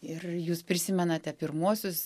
ir jūs prisimenate pirmuosius